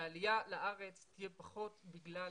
שהעלייה לארץ תהיה פחות בגלל